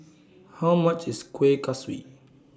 How much IS Kuih Kaswi